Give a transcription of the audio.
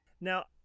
Now